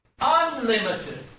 unlimited